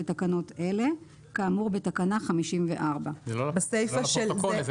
לתקנות אלה כאמור בתקנה 54". זה לא לפרוטוקול.